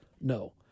No